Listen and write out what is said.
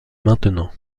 maintenant